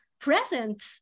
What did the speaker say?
present